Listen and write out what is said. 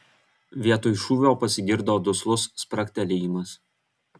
vietoj šūvio pasigirdo duslus spragtelėjimas